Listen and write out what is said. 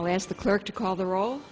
i'll ask the clerk to call the rol